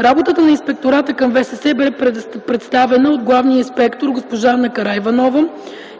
Работата на Инспектората към ВСС бе представена от главния инспектор госпожа Ана Караиванова,